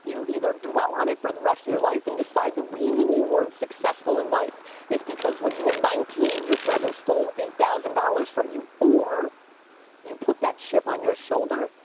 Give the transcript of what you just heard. you either dwell on it for the rest of your life and decide the reason you weren't successful in life is because when you were nineteen, your brother stole eight thousand dollars from you, or you put that chip on your shoulder,